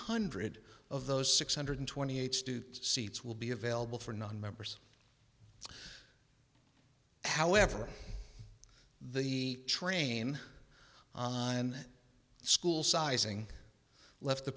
hundred of those six hundred twenty eight students seats will be available for nonmembers however the train on school sizing left the